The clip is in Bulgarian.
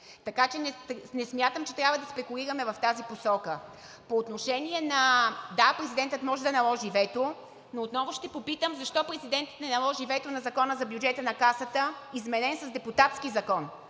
Така че не смятам, че трябва да спекулираме в тази посока. Да, президентът може да наложи вето, но отново ще попитам защо президентът не наложи вето на Закона за бюджета на Касата, изменен с депутатски закон